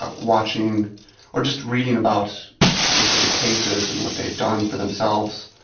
ah watching or just reading about people's different cases and what they've done for themselves.